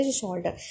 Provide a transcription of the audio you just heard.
shoulder